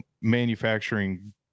manufacturing